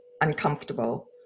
uncomfortable